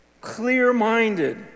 clear-minded